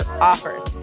Offers